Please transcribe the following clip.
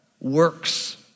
Works